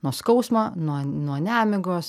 nuo skausmo nuo nuo nemigos